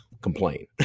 Complain